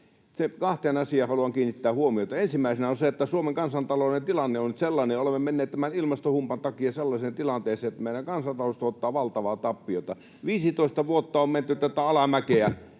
Kahteen asiaan haluan itse kiinnittää huomiota: Ensimmäisenä on se, että Suomen kansantalouden tilanne on nyt sellainen ja olemme menneet tämän ilmastohumpan takia sellaiseen tilanteeseen, että meidän kansantaloutemme tuottaa valtavaa tappiota. Viisitoista vuotta on menty tätä alamäkeä